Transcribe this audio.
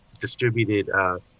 distributed